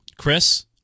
Chris